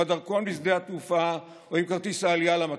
עם הדרכון בשדה התעופה או עם כרטיס העלייה למטוס.